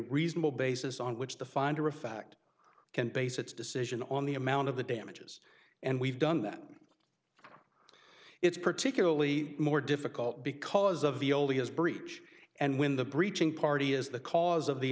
reasonable basis on which the finder of fact can base its decision on the amount of the damages and we've done that it's particularly more difficult because of the old has breach and when the breaching party is the cause of the